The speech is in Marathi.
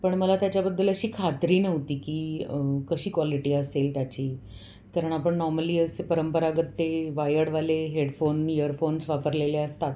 पण मला त्याच्याबद्दल अशी खात्री नव्हती की कशी क्वालिटी असेल त्याची कारण आपण नॉर्मली असे परंपरागत ते वायर्डवाले हेडफोन इयरफोन्स वापरलेले असतात